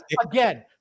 Again